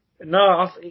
no